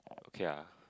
okay ah